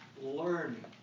learning